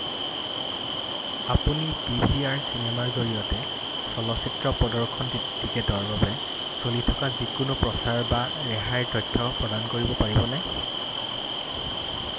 আপুনি P V R চিনেমাৰ জৰিয়তে চলচ্চিত্ৰ প্ৰদৰ্শন টিকেটৰ বাবে চলি থকা যিকোনো প্ৰচাৰ বা ৰেহাইৰ তথ্য প্ৰদান কৰিব পাৰিবনে